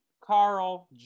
Carl